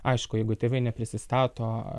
aišku jeigu tėvai neprisistato